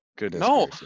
No